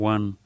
One